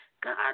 God